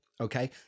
okay